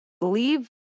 Leave